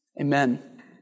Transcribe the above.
Amen